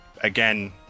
again